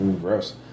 gross